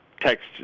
text